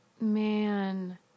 man